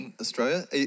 Australia